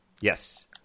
Yes